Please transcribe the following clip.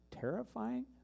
terrifying